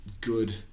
good